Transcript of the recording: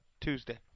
Tuesday